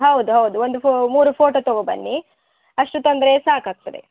ಹೌದೌದು ಒಂದು ಫೋ ಮೂರು ಫೋಟೊ ತಗೊಂಬನ್ನಿ ಅಷ್ಟು ತಂದರೆ ಸಾಕಾಗ್ತದೆ